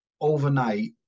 overnight